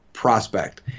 Prospect